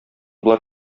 болар